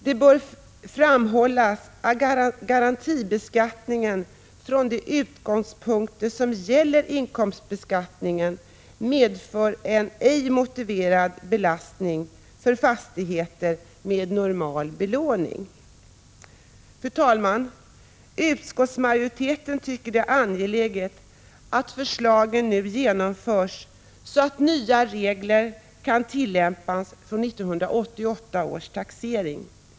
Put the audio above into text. Det bör framhållas att garantibeskattningen, från de utgångspunkter som gäller inkomstbeskattningen, medför en ej motiverad belastning för fastigheter med normal belåning. Fru talman! Utskottsmajoriteten tycker att det är angeläget att förslagen nu genomförs så att nya regler kan tillämpas från 1988 års taxering.